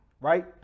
right